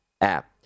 app